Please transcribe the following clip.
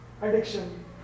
addiction